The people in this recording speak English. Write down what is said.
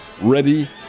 ready